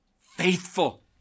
faithful